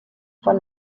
von